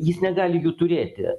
jis negali jų turėti